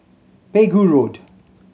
Pegu Road